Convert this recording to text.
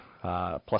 plus